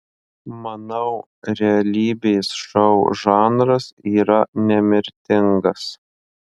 manau realybės šou žanras yra nemirtingas